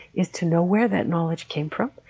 is to know where that knowledge came from,